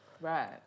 Right